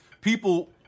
people